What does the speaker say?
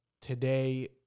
today